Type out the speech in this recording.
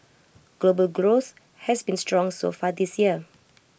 global growth has been strong so far this year